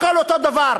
הכול אותו דבר.